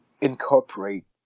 incorporate